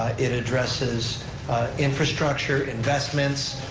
ah it addresses infrastructure, investments,